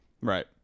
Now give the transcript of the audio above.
Right